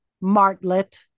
martlet